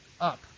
up